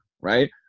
right